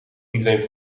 iedereen